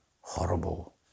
horrible